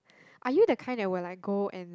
are you the kind that will like go and